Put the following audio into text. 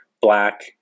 Black